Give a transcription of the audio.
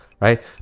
right